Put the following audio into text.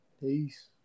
peace